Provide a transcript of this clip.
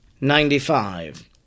Ninety-five